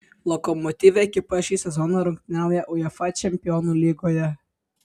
lokomotiv ekipa šį sezoną rungtyniauja uefa čempionų lygoje